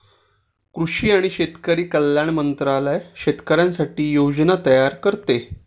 कृषी आणि शेतकरी कल्याण मंत्रालय शेतकऱ्यांसाठी योजना तयार करते